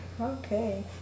okay